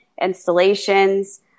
installations